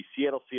Seattle